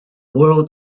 world